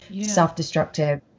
self-destructive